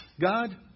God